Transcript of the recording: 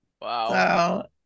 wow